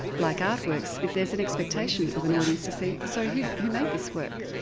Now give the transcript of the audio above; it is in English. like artworks, there's an expectation of an audience to see so who who made this work,